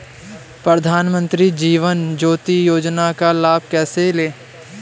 प्रधानमंत्री जीवन ज्योति योजना का लाभ कैसे लें?